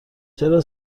چرا